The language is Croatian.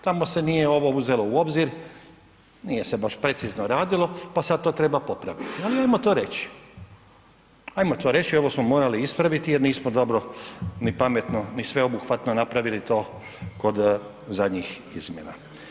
Tamo se nije ovo uzelo u obzir, nije se baš precizno radilo pa sad to treba popraviti, ajmo to reći, ajmo to reći i ovo smo morali ispraviti jer nismo dobro ni pametno ni sveobuhvatno napravili to kod zadnjih izmjena.